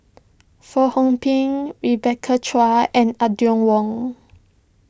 Fong Hoe Beng Rebecca Chua and Audrey Wong